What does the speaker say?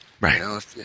Right